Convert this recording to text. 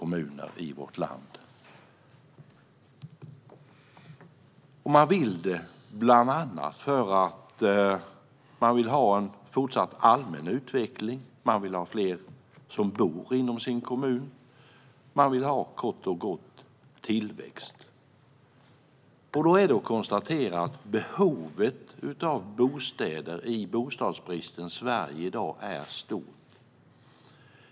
Man vill detta bland annat för att man vill ha en fortsatt allmän utveckling. Man vill ha fler som bor i kommunen. Kort och gott: Man vill ha tillväxt. Då kan man konstatera att behovet av bostäder i bostadsbristens Sverige i dag är stort.